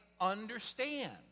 understand